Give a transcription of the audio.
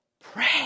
Pray